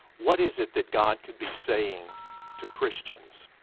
what is it that god could be saying to christians?